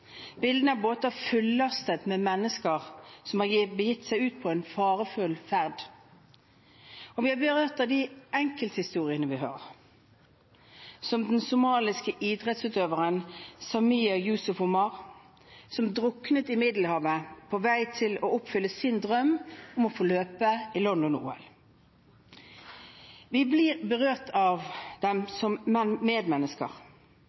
av båter fullastet med mennesker som har begitt seg ut på en farefull ferd. Og vi er berørt av de enkelthistoriene vi hører, som den somaliske idrettsutøveren Samia Yusuf Omar, som druknet i Middelhavet på vei til å oppfylle sin drøm om å få løpe i London-OL. Vi blir berørt av dem som medmennesker, men